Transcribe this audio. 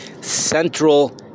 Central